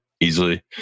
easily